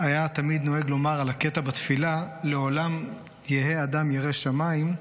היה תמיד נוהג לומר על הקטע בתפילה: לעולם יהא אדם ירא שמיים,